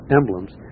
emblems